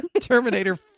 Terminator